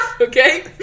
Okay